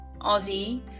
Aussie